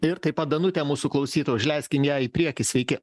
ir taip pat danutė mūsų klausyto užleiskim ją į priekį sveiki